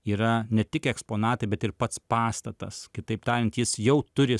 yra ne tik eksponatai bet ir pats pastatas kitaip tariant jis jau turi